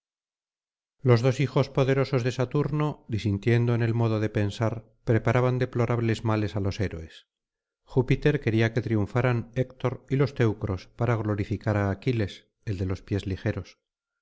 los dos hijos poderosos de saturno disintiendo en el modo de pensar preparaban deplorables males á los héroes júpiter quería que triunfaran héctor y los teucros para glorificar á aquiles el de los pies ligeros